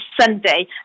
Sunday